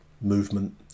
movement